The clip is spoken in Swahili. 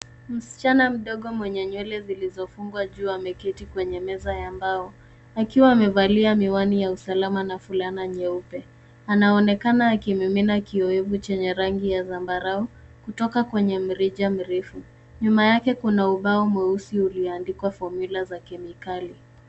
Mshichana mdogo mwenye nywele zilizofungwa juu ameketi kwenye meza ya mbao akiwa amevalia miwani ya usalama na fulana nyeupe. Anaonekana akimimina kiowevu chenye rangi ya zambarau kutoka kwenye mrija mrefu. Nyuma yake kuna ubao mweusi ulioandikwa fomula za kemikali.